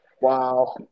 Wow